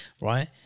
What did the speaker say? right